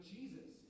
Jesus